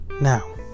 now